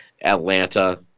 Atlanta